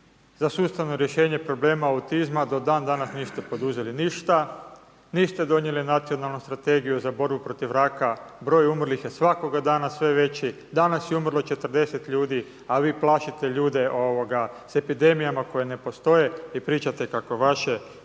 za sustavno rješenje problema autizma, do dan danas niste poduzeli ništa. Niste donijeli Nacionalnu strategiju za borbu protiv raka. Broj umrlih je svakoga dana sve veći. Danas je umrlo 40 ljudi, a vi plašite ljude sa epidemijama koje ne postoje i pričate kako vaše